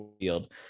field